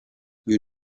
you